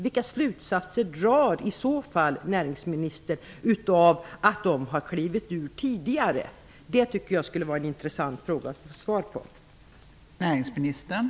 Vilka slutsatser drar näringsministern av att dessa har klivit av tidigare? Det vore intressant att få svar på frågorna.